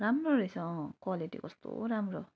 राम्रो रहेछ अँ क्वालिटी कस्तो राम्रो